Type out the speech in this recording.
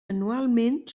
anualment